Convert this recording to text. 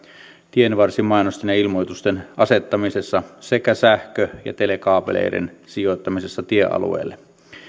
tienvarsimainosten ja ilmoitusten asettamisessa sekä sähkö ja telekaapeleiden sijoittamisessa tiealueelle